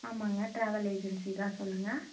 ஆமாங்க travel agency தான் சொல்லுங்க